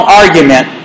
argument